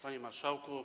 Panie Marszałku!